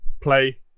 play